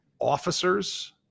officers